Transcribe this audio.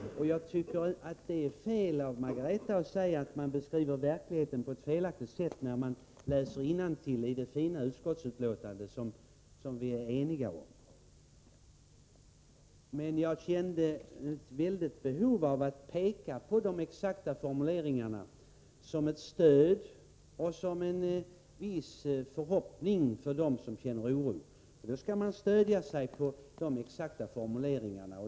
Och jag tycker det är fel av Margareta Winberg att säga att man beskriver verkligheten på ett felaktigt sätt, när man läser innantill i det fina utskottsbetänkande som vi är eniga om. Jag kände ett väldigt behov av att peka på de exakta formuleringarna, som ett stöd och som en viss förhoppning för dem som känner oro. Då skall man stödja sig på de exakta formuleringarna.